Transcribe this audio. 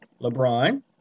LeBron